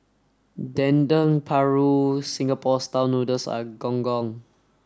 Dendeng Paru Singapore style noodles and gong gong